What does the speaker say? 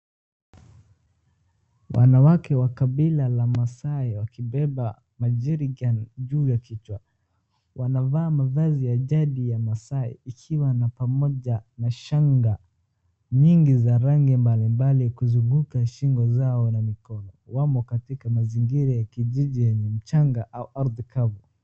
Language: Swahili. Wanawake wa kabila ya maasai wakiebeba majerican juu ya kichwa. Wanavaa mavazi za jadi za wamasai ikiwa pamoja na shanga mingi za rangi mbalimbali zikizunguka shingo zao mikono .Wamo katika mazingira ya kijiji yenye mchanga au ardhi kavu.